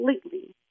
completely